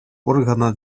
органа